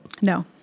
No